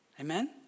Amen